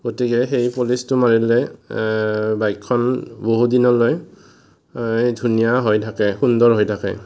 গতিকে সেই পলিচটো মাৰিলে বাইকখন বহুদিনলৈ ধুনীয়া হৈ থাকে সুন্দৰ হৈ থাকে